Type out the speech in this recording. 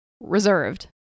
Reserved